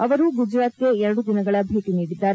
ಅವರು ಗುಜರಾತ್ಗೆ ಎರಡು ದಿನಗಳ ಭೇಟಿ ನೀಡಿದ್ದಾರೆ